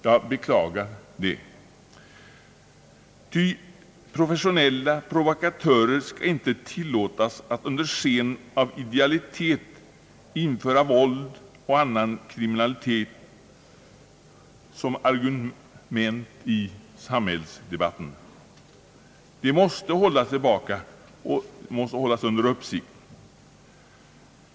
Jag beklagar detta, ty professionella provokatörer skall inte tillåtas att under sken av idealitet införa våld och annan kriminalitet som argument i samhällsdebatten. De måste hållas tillbaka och under uppsikt.